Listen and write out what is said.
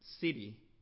city